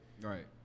Right